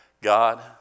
God